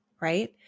right